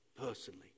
personally